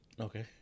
Okay